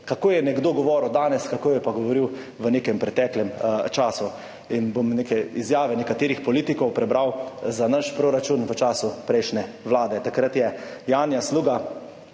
kako je nekdo govoril danes, kako je pa govoril v nekem preteklem času. Prebral bom neke izjave nekaterih politikov o našem proračunu v času prejšnje vlade. Takrat je Janja Sluga